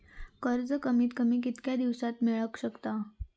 कर्ज कमीत कमी कितक्या दिवसात मेलक शकता?